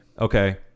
Okay